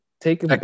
take